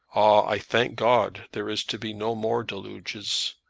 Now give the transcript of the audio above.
i thank god there is to be no more deluges.